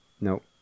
Nope